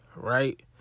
right